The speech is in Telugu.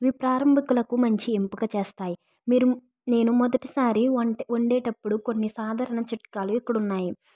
ఇవి ప్రారంభికులకు మంచి ఎంపిక చేస్తాయి మీరు నేను మొదటిసారి వంట వండేటప్పుడు కొన్ని సాధారణ చిట్కాలు ఇక్కడున్నాయి